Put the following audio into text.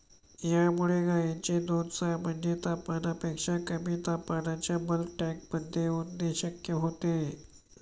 यामुळे गायींचे दूध सामान्य तापमानापेक्षा कमी तापमानाच्या बल्क टँकमध्ये ओतणे शक्य होते